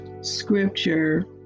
scripture